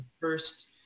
First